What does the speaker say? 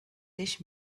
teach